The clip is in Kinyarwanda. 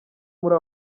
muri